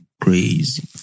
Crazy